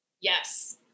Yes